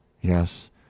Yes